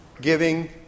giving